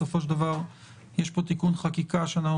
בסופו של דבר יש פה תיקון חקיקה שאנחנו